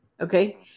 Okay